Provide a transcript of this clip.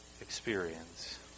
experience